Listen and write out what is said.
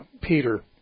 Peter